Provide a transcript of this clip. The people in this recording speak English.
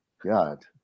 God